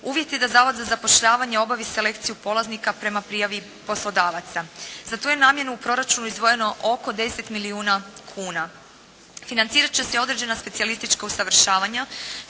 Uvjet je da zavod za zapošljavanje obavi selekciju polaznika prema prijavi poslodavaca. Za tu je namjenu u proračunu izdvojeno oko 10 milijuna kuna. Financirat će se i određena specijalistička usavršavanja